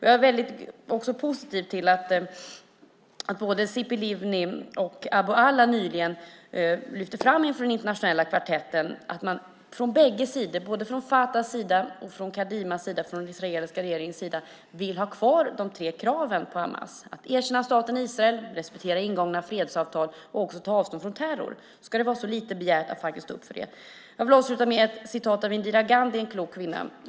Jag är positiv till att både Tzipi Livni och Abu Alaa nyligen lyfte fram inför den internationella kvartetten att man från bägge sidor, från al-Fatahs och Kadimas sida, från den israeliska regeringens sida, vill ha kvar de tre kraven på Hamas, det vill säga att erkänna staten Israel, respektera ingångna fredsavtal och ta avstånd från terror. Är det så mycket begärt att stå för det? Jag vill avsluta med att nämna vad Indira Gandhi, en klok kvinna, sade.